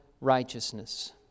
righteousness